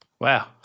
Wow